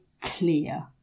clear